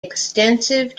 extensive